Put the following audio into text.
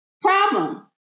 Problem